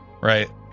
right